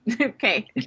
okay